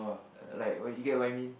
like what you get what I meant